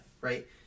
Right